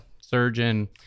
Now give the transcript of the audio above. surgeon